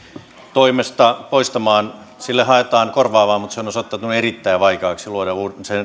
toimesta poistamaan sille haetaan korvaavaa mutta on osoittautunut erittäin vaikeaksi luoda